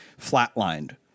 flatlined